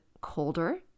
colder